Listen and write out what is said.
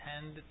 tend